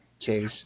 case